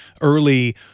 early